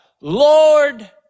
Lord